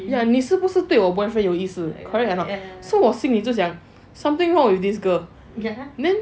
ya 你是不是对我 boyfriend 有意思 correct or not 你是不是对我是有意思 so 我心里就想 something wrong with this girl then